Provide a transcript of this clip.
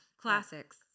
Classics